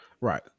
Right